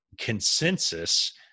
consensus